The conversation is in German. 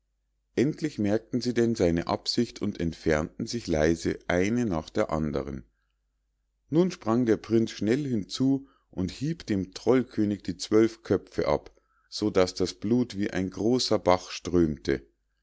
endlich merkten sie denn seine absicht und entfernten sich leise eine nach der andern nun sprang der prinz schnell hinzu und hieb dem trollkönig die zwölf köpfe ab so daß das blut wie ein großer bach strömte